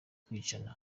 kwicana